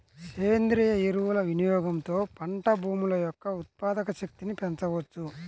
సేంద్రీయ ఎరువుల వినియోగంతో పంట భూముల యొక్క ఉత్పాదక శక్తిని పెంచవచ్చు